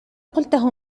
قلته